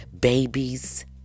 babies